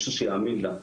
מישהו שיאמין לה.